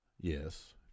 Yes